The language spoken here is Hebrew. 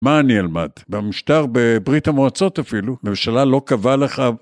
מה אני אלמד? במשטר, בברית המועצות אפילו. ממשלה לא קבעה לך...